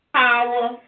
Power